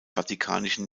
vatikanischen